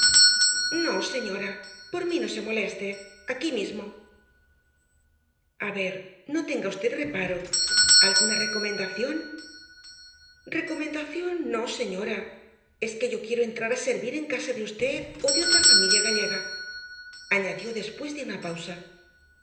no señora por mí no se moleste aquí mismo a ver no tenga v reparo alguna recomendación recomendación no señora es que yo quiero entrar á servir en casa de v ó de otra familia gallega añadió después de una pausa